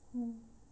mm